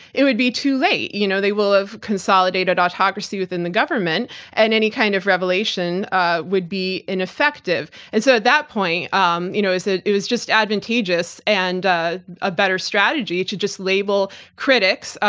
it would be too late. you know they will have consolidated autocracy within the government and any kind of revelation ah would be ineffective and so at that point um you know it it was just advantageous and a better strategy to just label critics,